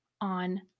on